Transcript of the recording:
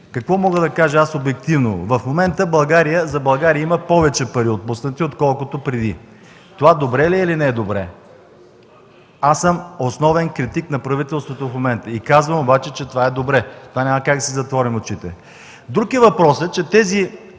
Какво мога да кажа аз обективно? В момента за България има отпуснати повече пари, отколкото преди. Това добре ли е или не е добре? Аз съм основен критик на правителството в момента, обаче казвам, че това е добре. За това няма как да си затворим очите. Друг е въпросът, че тези